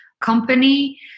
company